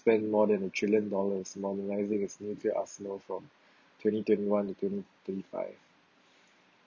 spend more than a trillion dollars normalizing its nuclear arsenal from twenty twenty one to twenty twenty five